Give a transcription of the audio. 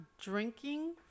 drinking